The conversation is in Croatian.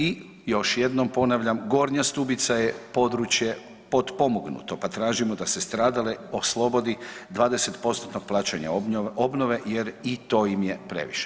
I još jednom ponavljam, Gornja Stubica je područje potpomognuto, pa tražimo da se stradale oslobodi 20%-tnog plaćanja obnove jer i to im je previše.